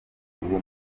uwo